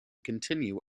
continue